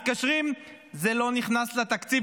מתקשרים: זה לא נכנס לתקציב.